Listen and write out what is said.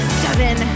seven